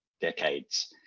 decades